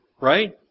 right